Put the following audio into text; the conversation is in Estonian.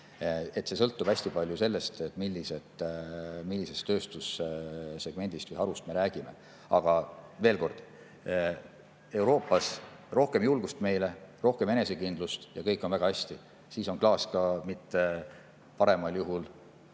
See sõltub hästi palju sellest, millisest tööstussegmendist või -harust me räägime. Aga veel kord: Euroopas rohkem julgust meile, rohkem enesekindlust ja kõik on väga hästi. Siis ei ole klaas ka mitte paremal juhul